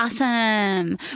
awesome